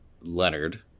Leonard